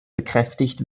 bekräftigt